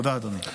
תודה, אדוני.